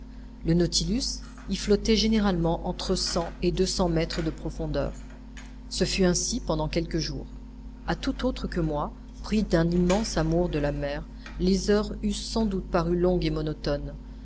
le nautilus y flottait généralement entre cent et deux cents mètres de profondeur ce fut ainsi pendant quelques jours a tout autre que moi pris d'un immense amour de la mer les heures eussent sans doute paru longues et monotones